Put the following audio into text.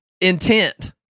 intent